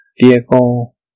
vehicle